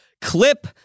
clip